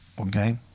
Okay